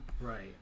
Right